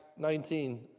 19